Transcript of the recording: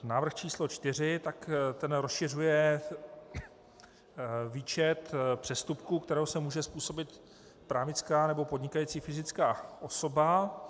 Návrh číslo 4 rozšiřuje výčet přestupků, které může způsobit právnická nebo podnikající fyzická osoba.